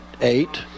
eight